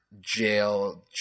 jail